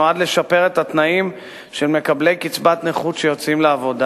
נועד לשפר את התנאים של מקבלי קצבת נכות שיוצאים לעבודה